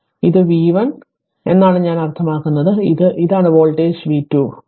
ഇത് v1 എന്നാണ് ഞാൻ അർത്ഥമാക്കുന്നത് ഇത് ഇതാണ് വോൾട്ടേജ് v 2 എന്നാണ്